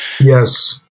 Yes